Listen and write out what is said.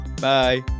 Bye